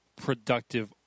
productive